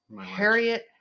harriet